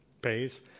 pays